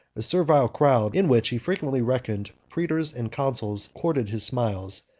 a servile crowd, in which he frequently reckoned praetors and consuls, courted his smiles,